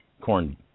corn